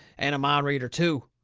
and a mind reader, too,